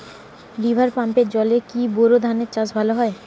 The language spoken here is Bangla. রিভার পাম্পের জলে কি বোর ধানের চাষ ভালো হয়?